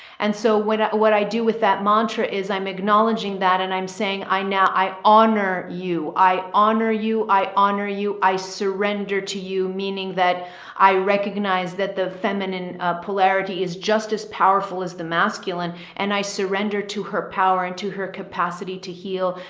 and so when, what i do with that mantra is i'm acknowledging that. and i'm saying, i, now, i honor you, i honor you, i honor you. i surrender to you, meaning that i recognize that the feminine polarity is just as powerful as the masculine and i surrender to her power and to her capacity to heal,